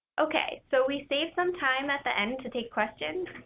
okay. so, we saved some time at the end to take question.